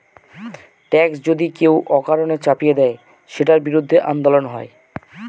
tax যদি কেউ অকারণে চাপিয়ে দেয়, সেটার বিরুদ্ধে আন্দোলন হয়